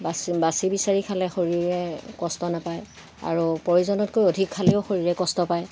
বা বিচাৰি খালে শৰীৰে কষ্ট নাপায় আৰু প্ৰয়োজনতকৈ অধিক খালেও শৰীৰে কষ্ট পায়